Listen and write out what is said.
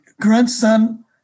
grandson